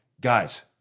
guys